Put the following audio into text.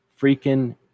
freaking